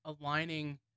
Aligning